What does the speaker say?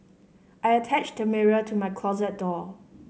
I attached the mirror to my closet door